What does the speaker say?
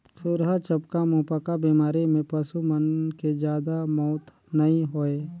खुरहा चपका, मुहंपका बेमारी में पसू मन के जादा मउत नइ होय